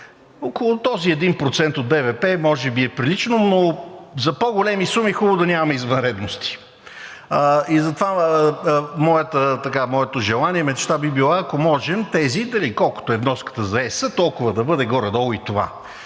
около този 1% от БВП може би е прилично, но за по-големи суми е хубаво да нямаме извънредности. Затова моето желание и мечта е, ако можем, тези – колкото е вноската за ЕС, толкова да бъде горе-долу и това,